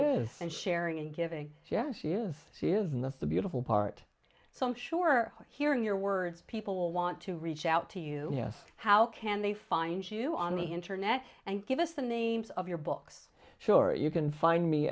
is and sharing and giving yes she is she is and that's the beautiful part so i'm sure hearing your words people want to reach out to you yes how can they find you on the internet and give us the names of your books sure you can find me